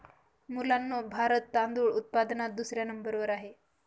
मुलांनो भारत तांदूळ उत्पादनात दुसऱ्या नंबर वर आहे